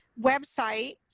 website